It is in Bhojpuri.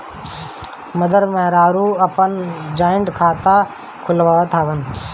मरद मेहरारू आपन जॉइंट खाता खुलवावत हवन